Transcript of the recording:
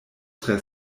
tre